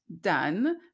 done